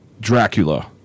Dracula